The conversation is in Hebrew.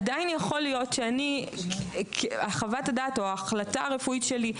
עדיין יכול להיות שחוות הדעת או ההחלטה הרפואית שלי היא